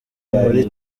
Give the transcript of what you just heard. muri